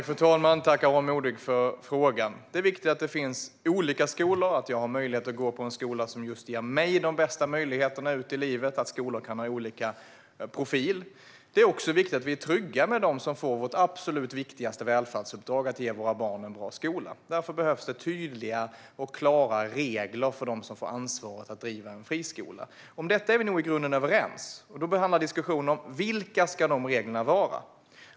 Fru talman! Tack, Aron Modig, för frågan! Det är viktigt att det finns olika skolor med olika profiler så att jag har möjlighet att gå på en skola som just ger mig de bästa möjligheterna ut i livet. Det är också viktigt att vi är trygga med dem som får vårt absolut viktigaste välfärdsuppdrag: att ge våra barn en bra skola. Därför behövs det tydliga och klara regler för dem som får ansvaret att driva en friskola. Om detta är vi nog i grunden överens. Då behöver man en diskussion om vilka de reglerna ska vara.